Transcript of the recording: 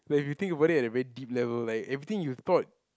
but if you think about it at a very deep level like everything you thought